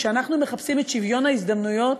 כשאנחנו מחפשים את שוויון ההזדמנויות,